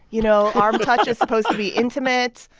you know? arm touch is supposed to be intimate.